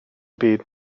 byd